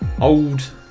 Old